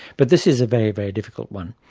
but this is a very, very difficult one.